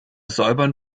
säubern